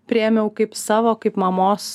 priėmiau kaip savo kaip mamos